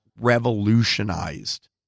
revolutionized